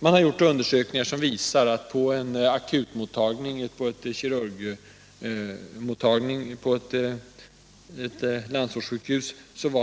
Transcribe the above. Man har gjort undersökningar som visar att på en kirurgisk akutmottagning på ett landsortssjukhus